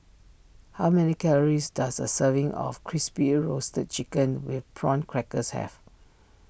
how many calories does a serving of Crispy Roasted Chicken with Prawn Crackers have